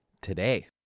today